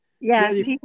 yes